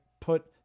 put